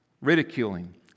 ridiculing